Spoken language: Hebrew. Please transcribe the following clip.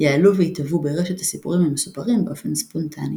יעלו וייטוו ברשת הסיפורים המסופרים באופן ספונטני.